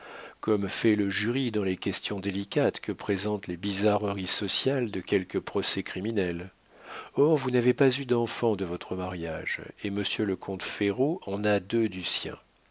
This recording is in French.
comme fait le jury dans les questions délicates que présentent les bizarreries sociales de quelques procès criminels or vous n'avez pas eu d'enfants de votre mariage et monsieur le comte ferraud en a deux du sien